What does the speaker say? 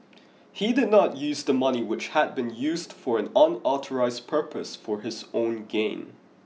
he did not use the money which had been used for an unauthorised purpose for his own gain